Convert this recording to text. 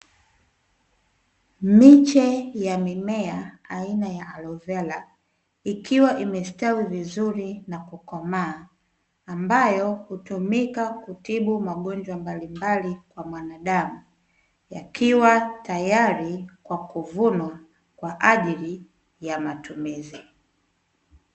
Miche ya mimea aina ya aloe vera, ikiwa imesitawi vizuri na kukomaa, ambayo hutumika kutibu magonjwa mbalimbali kwa mwanadamu, yakiwa tayari kwa kuvunwa kwa ajili ya matumizi.